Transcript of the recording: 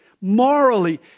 Morally